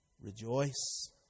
rejoice